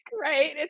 right